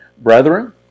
Brethren